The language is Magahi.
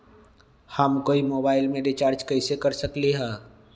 हम कोई मोबाईल में रिचार्ज कईसे कर सकली ह?